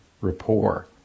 rapport